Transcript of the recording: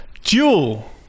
Jewel